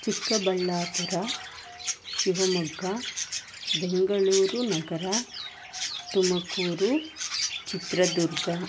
ಚಿಕ್ಕಬಳ್ಳಾಪುರ ಶಿವಮೊಗ್ಗ ಬೆಂಗಳೂರು ನಗರ ತುಮಕೂರು ಚಿತ್ರದುರ್ಗ